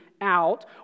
out